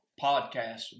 Podcast